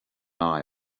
eye